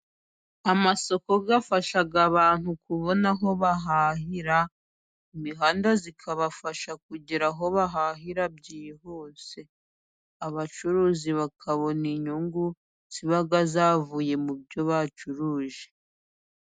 Amasoko afasha abantu kubona aho bahahira, imihanda ikabafasha kugera aho bahahira byihuse, abacuruzi bakabona inyungu ziba zavuye mu byo bacuruje.